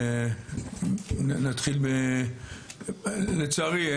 לצערי,